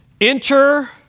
Enter